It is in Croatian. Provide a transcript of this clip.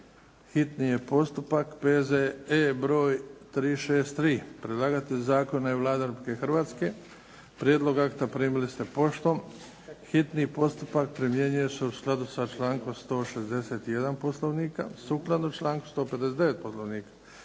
čitanje, P.Z.E. br. 363; Predlagatelj zakona je Vlada Republike Hrvatske, prijedlog akta primili ste poštom. Hitni postupak primjenjuje se u skladu sa člankom 161. Poslovnika, sukladno članku 159. Poslovnika,